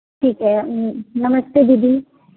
ठीक है नमस्ते दीदी